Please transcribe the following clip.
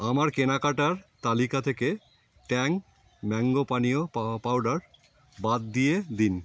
আমার কেনাকাটার তালিকা থেকে ট্যাং ম্যাঙ্গো পানীয় পা পাউডার বাদ দিয়ে দিন